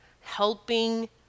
helping